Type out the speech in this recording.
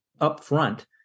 upfront